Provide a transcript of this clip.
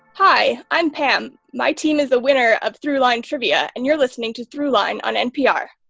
hi, i'm pam. my team is the winner of throughline trivia, and you're listening to throughline on npr